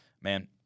Man